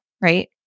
right